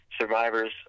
survivors